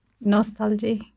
nostalgia